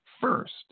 first